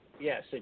Yes